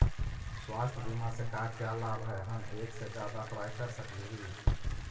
स्वास्थ्य बीमा से का क्या लाभ है हम एक से जादा अप्लाई कर सकली ही?